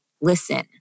listen